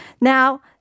Now